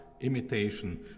imitation